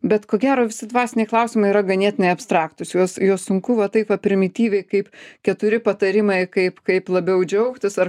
bet ko gero visi dvasiniai klausimai yra ganėtinai abstraktūs juos juos sunku va taip va primityviai kaip keturi patarimai kaip kaip labiau džiaugtis ar